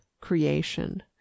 creation